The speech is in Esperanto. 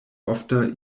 ofta